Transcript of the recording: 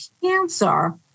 cancer